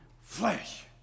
flesh